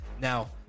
Now